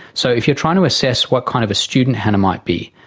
so if you are trying to assess what kind of a student hannah might be,